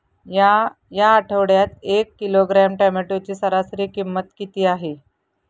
या आठवड्यात एक किलोग्रॅम टोमॅटोची सरासरी किंमत किती आहे?